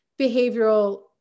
behavioral